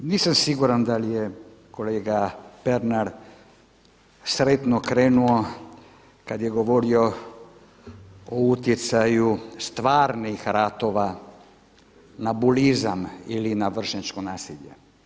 Pa nisam siguran da li je kolega Pernar sretno krenuo kada je govorio o utjecaju stvarnih ratova na bulizam ili na vršnjačko nasilje.